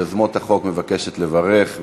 מיוזמות החוק, מבקשת לברך.